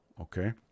okay